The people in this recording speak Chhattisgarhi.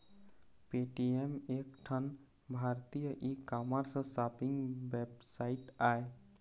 पेटीएम एक ठन भारतीय ई कामर्स सॉपिंग वेबसाइट आय